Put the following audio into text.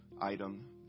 item